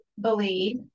believe